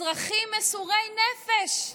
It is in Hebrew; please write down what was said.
אזרחים מסורי נפש,